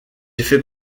fait